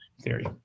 theory